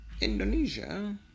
Indonesia